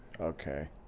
Okay